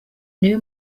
niwe